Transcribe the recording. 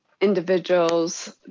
individuals